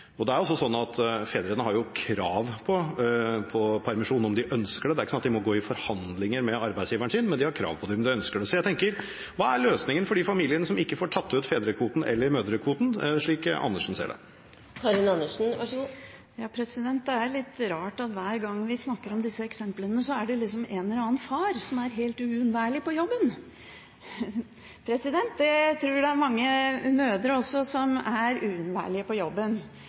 Det er også sånn at fedrene har krav på permisjon om de ønsker det. Det er ikke slik at de må gå i forhandlinger med arbeidsgiveren sin, de har krav på permisjon om de ønsker det. Jeg tenker: Hva er løsningen for de familiene som ikke får tatt ut fedrekvoten eller mødrekvoten, slik Andersen ser det? Det er litt rart at hver gang vi snakker om disse eksemplene, er det en eller annen far som er helt uunnværlig på jobben. Jeg tror det er mange mødre som også er uunnværlige på jobben.